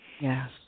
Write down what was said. Yes